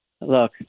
Look